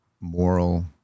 moral